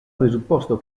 presupposto